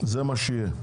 זה מה שיהיה.